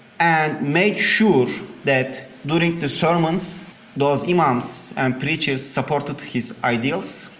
and made sure that during the sermons those imams and preachers supported his ideals.